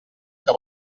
que